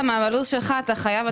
כי עם הלו"ז שלך אתה חייב לתת לה את הזמן